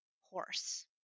horse